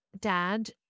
dad